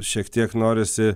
šiek tiek norisi